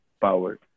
power